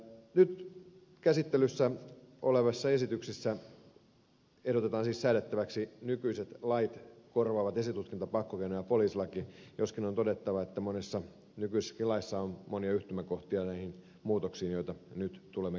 nyt käsittelyssä olevassa esityksessä ehdotetaan siis säädettäväksi nykyiset lait korvaavat esitutkinta pakkokeino ja poliisilaki joskin on todettava että monessa nykyisessäkin laissa on monia yhtymäkohtia näihin muutoksiin joita nyt tulemme käsittelemään